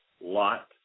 lot